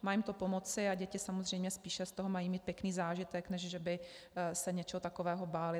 Má jim to pomoci a děti samozřejmě spíše z toho mají mít pěkný zážitek, než že by se něčeho takového bály.